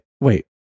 Wait